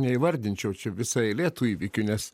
neįvardinčiau čia visa eilė tų įvykių nes